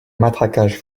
matraquage